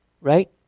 right